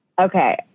Okay